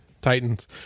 Titans